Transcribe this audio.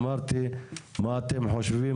אמרתי מה אתם חושבים,